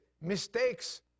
mistakes